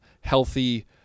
healthy